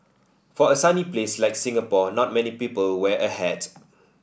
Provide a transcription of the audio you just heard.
for a sunny place like Singapore not many people wear a hat